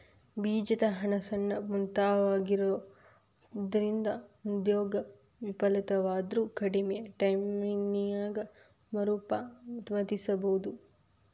ಬೇಜದ ಹಣ ಸಣ್ಣ ಮೊತ್ತವಾಗಿರೊಂದ್ರಿಂದ ಉದ್ಯೋಗ ವಿಫಲವಾದ್ರು ಕಡ್ಮಿ ಟೈಮಿನ್ಯಾಗ ಮರುಪಾವತಿಸಬೋದು